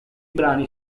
brani